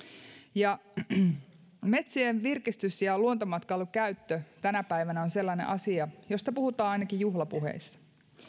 metsien virkistys ja luontomatkailukäyttö tänä päivänä on sellainen asia josta puhutaan ainakin juhlapuheissa